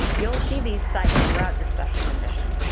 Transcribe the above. you'll see these cited throughout your special conditions.